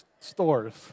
Stores